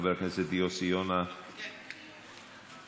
חבר הכנסת יוסי יונה, כן נמצא.